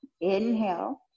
Inhale